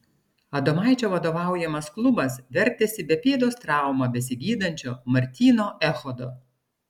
adomaičio vadovaujamas klubas vertėsi be pėdos traumą besigydančio martyno echodo